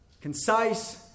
concise